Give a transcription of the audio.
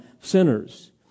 sinners